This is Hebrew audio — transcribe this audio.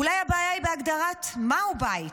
אולי הבעיה היא בהגדרת מהו בית.